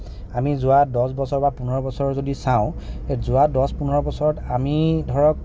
আমি যোৱা দহ বছৰ বা পোন্ধৰ বছৰৰ যদি চাওঁ যোৱা দহ পোন্ধৰ বছৰত আমি ধৰক